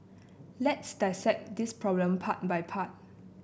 let's dissect this problem part by part